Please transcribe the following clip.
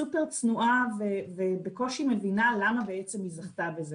סופר צנועה ובקושי מבינה למה בעצם היא זכתה בזה